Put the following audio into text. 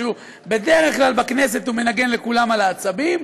בדרך כלל בכנסת הוא מנגן לכולם על העצבים,